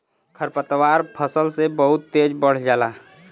खरपतवार फसल से बहुत तेज बढ़ जाला